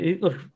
look